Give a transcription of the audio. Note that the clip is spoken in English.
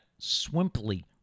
Swimply